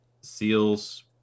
SEALs